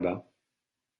farba